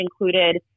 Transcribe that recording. included